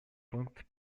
пункт